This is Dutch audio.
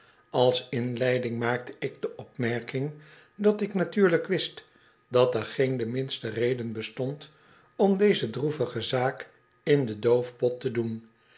als inleiding maakte ik de opmerking dat ik natuurlijk wist dat er geen de minste reden bestond om deze droevige zaak in den doofpot te doen